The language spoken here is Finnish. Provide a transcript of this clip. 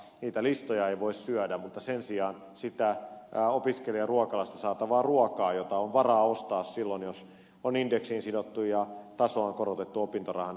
niitä listoja ei voi syödä mutta sen sijaan sitä opiskelijaruokalasta saatavaa ruokaa voi jota on varaa ostaa silloin jos opintoraha on indeksiin sidottu ja sen tasoa on korotettu